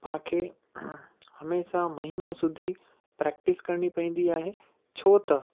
पाण खे हमेशह महीनो सुधी प्रैक्टिस करिणी पवंदी आहे छो त